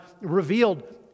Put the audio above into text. revealed